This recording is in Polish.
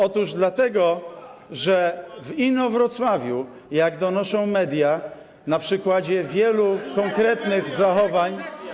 Otóż dlatego, że w Inowrocławiu, jak donoszą media, na przykładzie wielu konkretnych zachowań.